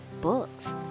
books